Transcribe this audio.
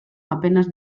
apenas